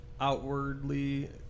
outwardly